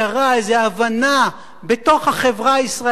איזה הבנה בתוך החברה הישראלית,